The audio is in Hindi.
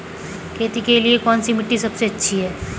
खेती के लिए कौन सी मिट्टी सबसे अच्छी है?